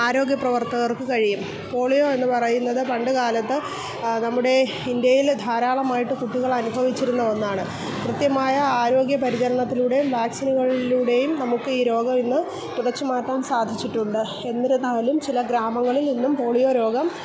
ആരോഗ്യപ്രവർത്തകർക്ക് കഴിയും പോളിയോ എന്ന് പറയുന്നത് പണ്ടുകാലത്ത് നമ്മുടെ ഇന്ത്യയിൽ ധാരാളമായിട്ട് കുട്ടികളനുഭവിച്ചിരുന്ന ഒന്നാണ് കൃത്യമായ ആരോഗ്യപരിചരണത്തിലൂടെയും വാക്സിനുകളിലൂടേയും നമുക്കീ രോഗം ഇന്ന് തുടച്ചുമാറ്റാൻ സാധിച്ചിട്ടുണ്ട് എന്നിരുന്നാലും ചില ഗ്രാമങ്ങളിൽ ഇന്നും പോളിയോ രോഗം